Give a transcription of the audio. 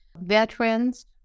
veterans